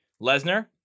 Lesnar